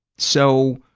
so,